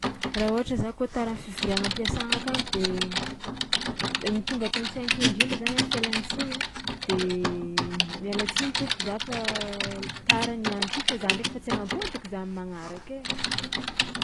Raha ôhatra za kôa tara am'fivoriàgna am-piasagna akagny de ny tonga ato an-tsaiko indrindra zany am'fialan-tsigny a de: miala tsiny tompoko za fa tara niany ty fa za ndraiky fa tsy hanampody eky za am'magnaraka ai.